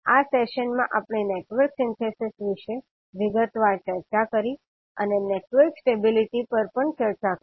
આ સેશનમાં આપણે નેટવર્ક સિન્થેસિસ વિશે વિગતવાર ચર્ચા કરી અને નેટવર્ક સ્ટેબિલિટી પર પણ ચર્ચા કરી